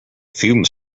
fumes